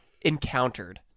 encountered